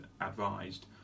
advised